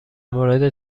مورد